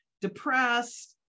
depressed